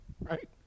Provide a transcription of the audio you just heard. right